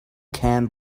can